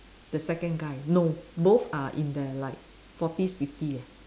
the second guy no both are in their like forties fifty eh